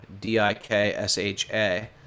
d-i-k-s-h-a